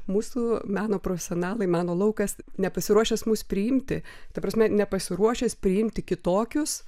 mūsų meno profesionalai meno laukas nepasiruošęs mus priimti ta prasme nepasiruošęs priimti kitokius